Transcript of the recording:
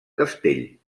castell